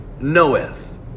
knoweth